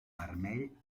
vermell